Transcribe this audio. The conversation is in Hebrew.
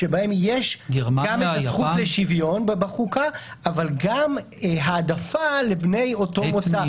-- שבהן יש גם את הזכות לשוויון בחוקה אבל גם העדפה לבני אותו מוצא.